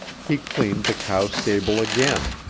he cleaned the cow stable again,